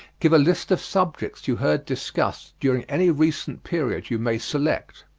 give a list of subjects you heard discussed during any recent period you may select.